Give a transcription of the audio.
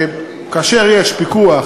כאשר יש פיקוח,